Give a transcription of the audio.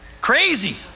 Crazy